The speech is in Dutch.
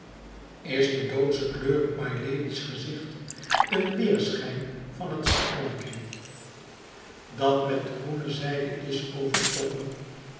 is de doodsche kleur op mylady's gezicht een weerschijn van het schermpje dat met groene zijde is overtrokken